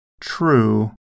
true